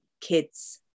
kids